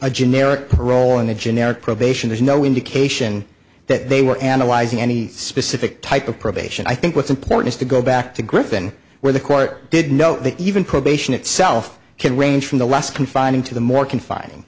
a generic role and the generic probation there's no indication that they were analyzing any specific type of probation i think what's important is to go back to griffin where the court did know that even probation itself can range from the less confining to the more confin